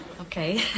Okay